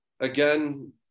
again